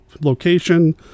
location